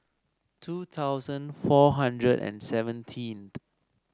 two thousand four hundred and seventeenth